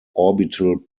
orbital